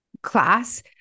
Class